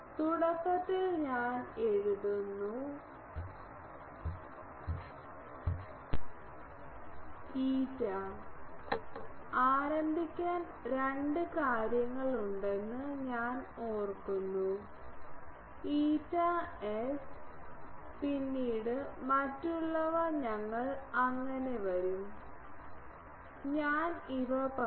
തുടക്കത്തിൽ ഞാൻ എഴുതുന്നു η ആരംഭിക്കാൻ രണ്ട് കാര്യങ്ങളുണ്ടെന്ന് ഞാൻ ഓർക്കുന്നു ηS പിന്നീട് മറ്റുള്ളവ ഞങ്ങൾ അങ്ങനെ വരും ഞാൻ ഇവ പറയും